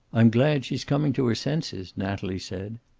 i'm glad she's coming to her senses, natalie said.